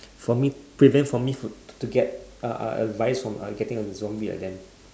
for me prevent for me to to get uh uh advice from getting a zombie like them